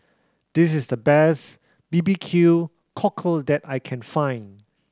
this is the best B B Q Cockle that I can find